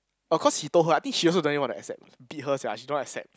oh cause he told her I think she also don't really want to accept beat her sia she don't want accept